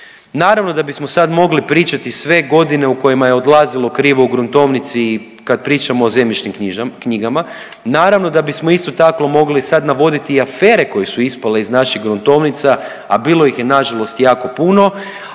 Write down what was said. Naravno da bismo sad mogli pričati sve godine u kojima je odlazilo krivo u gruntovnici i kad pričamo o zemljišnim knjigama, naravno da bismo isto tako mogli sad navoditi i afere koje su ispale iz naših gruntovnica, a bilo ih je nažalost jako puno,